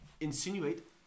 Insinuate